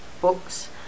books